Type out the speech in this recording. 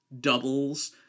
doubles